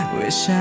wish